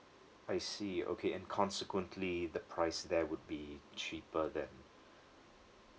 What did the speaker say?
I see okay and consequently the price there would be cheaper than